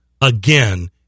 again